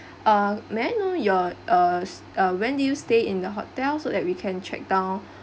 uh may I know your uh s~ uh when did you stay in the hotel so that we can track down